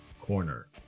corner